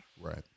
Right